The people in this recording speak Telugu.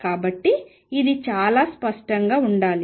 కాబట్టి ఇది చాలా స్పష్టంగా ఉండాలి